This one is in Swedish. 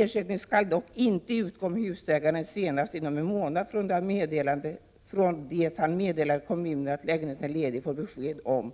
Ersättning skall dock ej utgå om husägaren senast inom en månad från det han meddelat kommunen att lägenheten är ledig får besked om